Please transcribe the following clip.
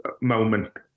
moment